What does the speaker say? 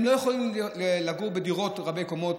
הם לא יכולים לגור בדירות ברבי-קומות.